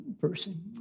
person